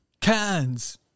Cans